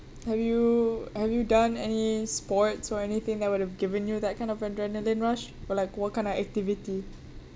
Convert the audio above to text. have you have you done any sports or anything that would have given you that kind of adrenaline rush or like what kind of activity